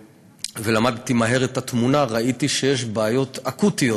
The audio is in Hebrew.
ולמדתי מהר את התמונה, ראיתי שיש בעיות אקוטיות,